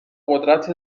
قدرت